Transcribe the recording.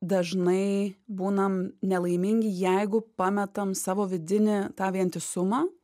dažnai būnam nelaimingi jeigu pametam savo vidinį tą vientisumą